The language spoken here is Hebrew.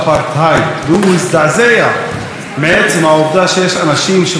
העובדה שיש אנשים שמאשימים את החוק הזה שהוא חוק אפרטהיידי.